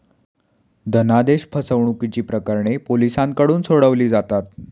धनादेश फसवणुकीची प्रकरणे पोलिसांकडून सोडवली जातात